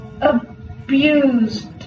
abused